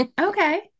Okay